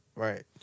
Right